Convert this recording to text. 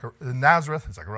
Nazareth